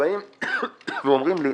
כשבאים ואומרים לי,